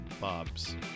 Bob's